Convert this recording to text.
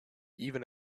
even